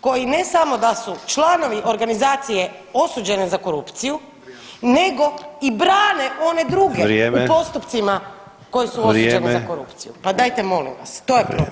koji ne samo da su članovi organizacije osuđene za korupciju nego i brane one druge [[Upadica: Vrijeme.]] u postupcima koji su osuđene [[Upadica: Vrijeme.]] za korupciju, pa dajte molim vas, to je problem.